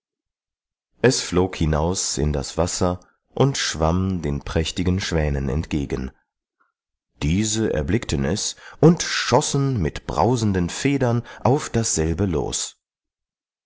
es flog hinaus in das wasser und schwamm den prächtigen schwänen entgegen diese erblickten es und schossen mit brausenden federn auf dasselbe los